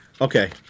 Okay